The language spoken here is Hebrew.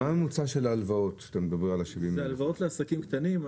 זה הלוואות לעסקים קטנים.